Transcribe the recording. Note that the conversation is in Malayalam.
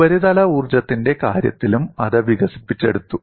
ഉപരിതല ഊർജ്ജത്തിന്റെ കാര്യത്തിലും അത് വികസിപ്പിച്ചെടുത്തു